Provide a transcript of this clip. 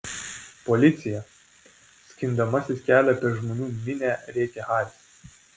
policija skindamasis kelią per žmonių minią rėkė haris